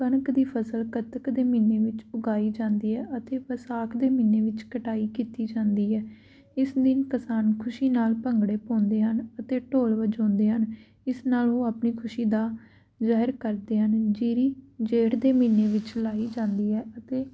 ਕਣਕ ਦੀ ਫਸਲ ਕੱਤਕ ਦੇ ਮਹੀਨੇ ਵਿੱਚ ਉਗਾਈ ਜਾਂਦੀ ਹੈ ਅਤੇ ਵਿਸਾਖ ਦੇ ਮਹੀਨੇ ਵਿੱਚ ਕਟਾਈ ਕੀਤੀ ਜਾਂਦੀ ਹੈ ਇਸ ਦਿਨ ਕਿਸਾਨ ਖੁਸ਼ੀ ਨਾਲ ਭੰਗੜੇ ਪਾਉਂਦੇ ਹਨ ਅਤੇ ਢੋਲ ਵਜਾਉਂਦੇ ਹਨ ਇਸ ਨਾਲ ਉਹ ਆਪਣੀ ਖੁਸ਼ੀ ਦਾ ਜ਼ਾਹਿਰ ਕਰਦੇ ਹਨ ਜੀਰੀ ਜੇਠ ਦੇ ਮਹੀਨੇ ਵਿੱਚ ਲਾਈ ਜਾਂਦੀ ਹੈ ਅਤੇ